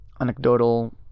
anecdotal